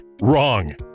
Wrong